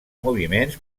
moviments